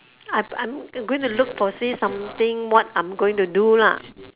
I I'm going to look foresee something what I'm going to do lah